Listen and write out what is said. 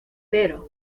pero